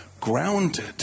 grounded